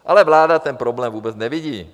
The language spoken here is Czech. Ale vláda ten problém vůbec nevidí.